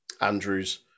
Andrews